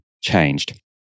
changed